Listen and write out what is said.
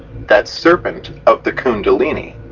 that serpent of the kundalini.